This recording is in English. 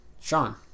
Sean